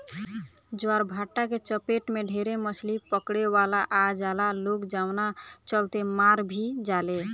ज्वारभाटा के चपेट में ढेरे मछली पकड़े वाला आ जाला लोग जवना चलते मार भी जाले